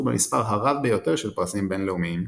במספר הרב ביותר של פרסים בינלאומיים.